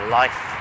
life